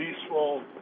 Peaceful